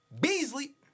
Beasley